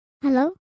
Hello